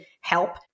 help